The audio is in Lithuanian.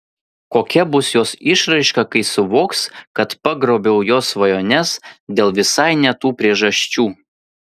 kokia bus jos išraiška kai suvoks kad pagrobiau jos svajones dėl visai ne tų priežasčių